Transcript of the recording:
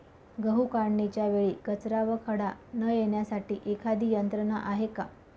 गहू काढणीच्या वेळी कचरा व खडा न येण्यासाठी एखादी यंत्रणा आहे का?